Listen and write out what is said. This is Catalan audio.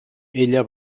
ella